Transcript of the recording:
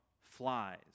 flies